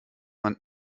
man